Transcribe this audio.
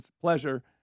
pleasure